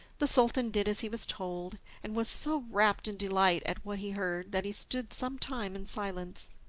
the sultan did as he was told, and was so wrapt in delight at what he heard that he stood some time in silence.